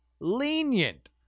lenient